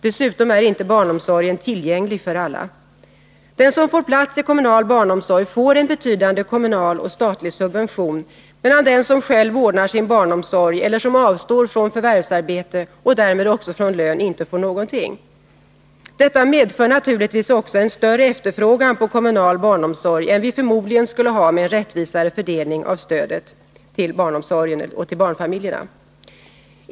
Dessutom är inte barnomsorgen tillgänglig för alla. tiska åtgärder Den som får en plats i kommunal barnomsorg får en betydande kommunal och statlig subvention, medan den som själv ordnar sin barnomsorg eller som avstår från förvärvsarbete — och därmed också från lön — inte får någonting. Detta medför naturligtvis också en större efterfrågan på kommunal barnomsorg än vi förmodligen skulle ha med en rättvisare fördelning av stödet till barnfamiljerna.